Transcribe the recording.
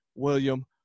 william